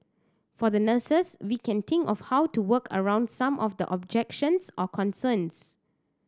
for the nurses we can think of how to work around some of the objections or concerns